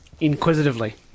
Inquisitively